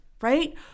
right